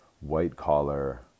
white-collar